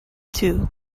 two